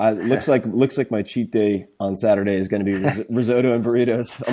ah looks like looks like my cheat day on saturday is going to be risotto and burritos,